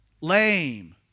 Lame